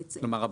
כלומר,